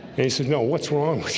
he said know what's wrong with you.